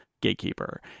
Gatekeeper